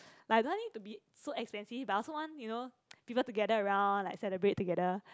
like I don't want it to be so expensive but I also want you know people to gather around like celebrate together